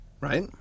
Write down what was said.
right